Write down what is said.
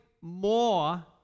more